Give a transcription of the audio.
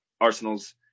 Arsenal's